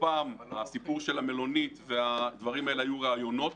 הסיפור של המלונית והדברים האלה היו רעיונות,